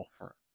offer